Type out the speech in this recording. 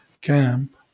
camp